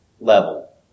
level